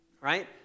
Right